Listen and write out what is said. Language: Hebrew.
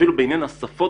אפילו בעניין השפות